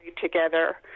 together